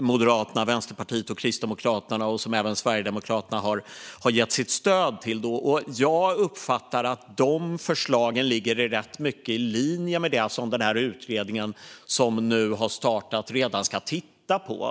Moderaterna, Vänsterpartiet och Kristdemokraterna och som även Sverigedemokraterna har gett sitt stöd till. Jag uppfattar att dessa förslag ligger mycket i linje med det som den utredning som startats redan ska titta på.